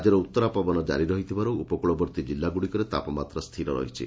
ରାଜ୍ୟରେ ଉଉରା ପବନ ପ୍ରବାହ ଜାରି ରହିଥିବାରୁ ଉପକ୍ଳବର୍ଉୀ ଜିଲ୍ଲାଗୁଡ଼ିକରେ ତାପମାତ୍ରା ସ୍ଥିର ରହିଛି